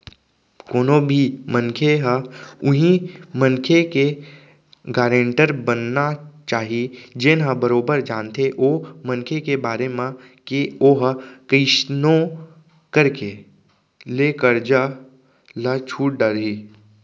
कोनो भी मनखे ह उहीं मनखे के गारेंटर बनना चाही जेन ह बरोबर जानथे ओ मनखे के बारे म के ओहा कइसनो करके ले करजा ल छूट डरही